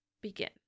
begin